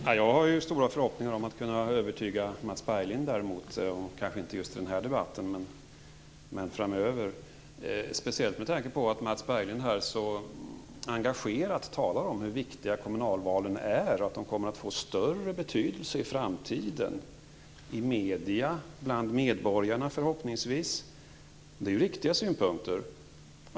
Fru talman! Jag har stora förhoppningar om att kunna övertyga Mats Berglind, kanske inte just i den här debatten men framöver, speciellt som Mats Berglind här så engagerat talar om hur viktiga kommunalvalen är och menar att de i framtiden kommer att få större betydelse i medierna och, förhoppningsvis, bland medborgarna. Det är riktiga synpunkter.